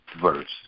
verse